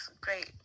great